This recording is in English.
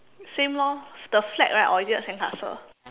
same lor the flag right or is it the sandcastle